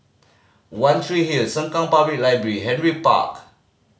One Tree Hill Sengkang Public Library Henry Park